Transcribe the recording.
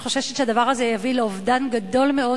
אני חוששת שהדבר הזה יביא לאובדן גדול מאוד